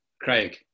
Craig